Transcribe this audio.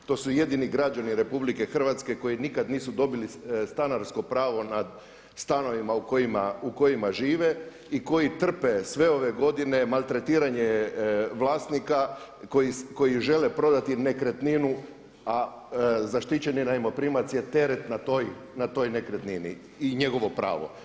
To su jedini građani Republike Hrvatske koji nikad nisu dobili stanarsko pravo nad stanovima u kojima žive i koji trpe sve ove godine maltretiranje vlasnika koji žele prodati nekretninu a zaštićeni najmoprimac je teret na toj nekretnini i njegovo pravo.